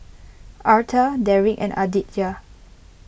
Arta Deric and Aditya